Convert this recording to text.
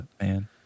Man